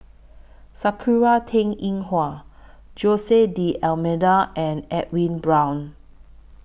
Sakura Teng Ying Hua Jose D'almeida and Edwin Brown